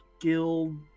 Guild